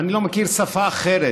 ואני לא מכיר שפה אחרת,